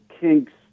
kinks